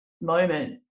moment